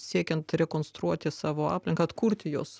siekiant rekonstruoti savo aplinką atkurti jos